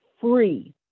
free